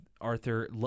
Arthur